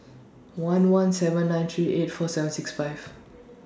one one seven nine three eight four seven six five